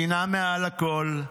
מדינה מעל הכול,